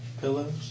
Pillows